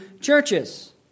churches